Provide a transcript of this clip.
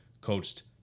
coached